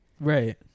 Right